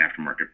aftermarket